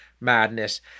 madness